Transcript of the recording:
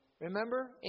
Remember